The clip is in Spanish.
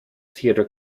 theatre